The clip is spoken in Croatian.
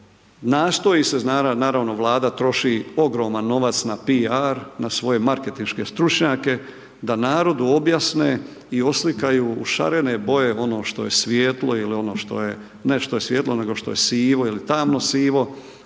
nastoji se, naravno Vlada troši ogroman novac na piar na svoje marketinške stručnjake da narodu objasne i oslikaju u šarene boje ono što je svijetlo ili ono što je, ne što je svijetlo nego što je sivo ili tamo sivo,